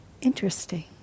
Interesting